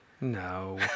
No